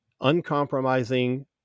uncompromising